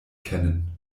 kennen